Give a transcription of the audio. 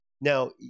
Now